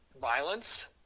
violence